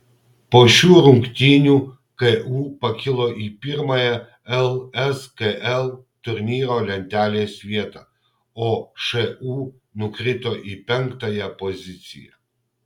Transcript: po šių rungtynių ku pakilo į pirmąją lskl turnyro lentelės vietą o šu nukrito į penktąją poziciją